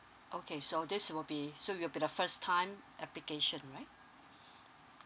okay so this will be so you will be the first time application right